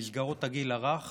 במסגרות הגיל הרך